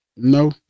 No